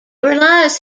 relies